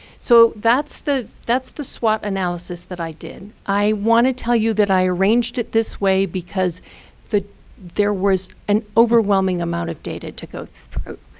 so that's the that's the swot analysis that i did. i want to tell you that i arranged it this way because there was an overwhelming amount of data to go through.